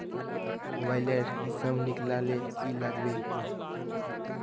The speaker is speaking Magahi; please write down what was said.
मोबाईल लेर किसम निकलाले की लागबे?